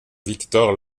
victor